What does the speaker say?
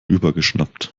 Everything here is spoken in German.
übergeschnappt